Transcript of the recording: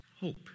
hope